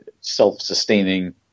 self-sustaining